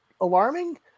alarming